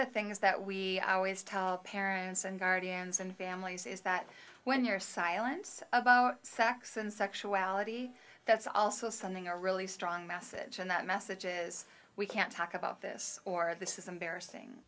the things that we always tell parents and guardians and families is that when you're silence about sex and sexuality that's also something a really strong message and that message is we can't talk about this or this is embarrassing